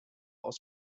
aus